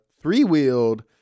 three-wheeled